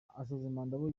abo